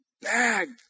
bag